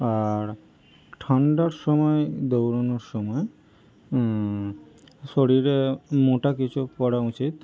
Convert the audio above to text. আর ঠান্ডার সময় দৌড়ানোর সময় শরীরে মোটা কিছু পরা উচিত